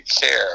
care